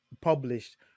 published